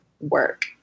work